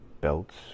belts